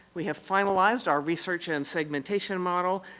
we have finalized our research and segmentation model,